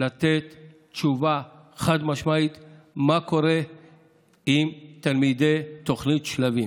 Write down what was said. לתת תשובה חד-משמעית מה קורה עם תלמידי תוכנית שלבים.